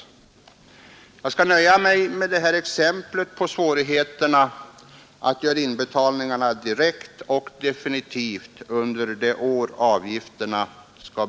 — Jag vill nöja mig med detta exempel för att visa på svårigheterna att göra inbetalningarna direkt och definitivt under det år som avgifterna ATP-avgifterna direkt till löneutbetalningarna är: knappast möjligt.